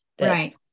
Right